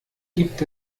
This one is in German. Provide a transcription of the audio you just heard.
gibt